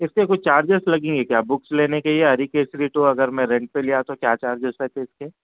اس کے کچھ چارجیز لگیں گے کیا بکس لینے کے یا اری کیسری ٹو اگر میں رینٹ پہ لیا تو کیا چارجیز رہتے اس کے